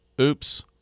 Oops